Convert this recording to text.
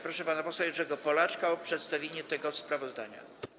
Proszę pana posła Jerzego Polaczka o przedstawienie tego sprawozdania.